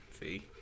see